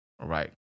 right